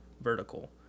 vertical